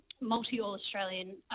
multi-All-Australian